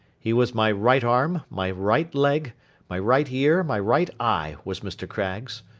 he was my right arm, my right leg, my right ear, my right eye, was mr. craggs.